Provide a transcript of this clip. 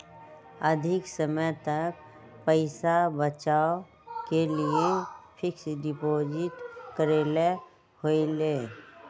अधिक समय तक पईसा बचाव के लिए फिक्स डिपॉजिट करेला होयई?